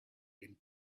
wind